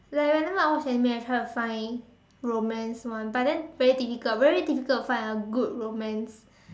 like whenever I watch Anime I try to find romance one but then very difficult very difficult find a good romance